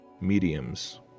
mediums